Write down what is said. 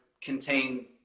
contain